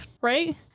right